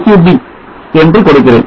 sub என்று கொடுக்கிறேன்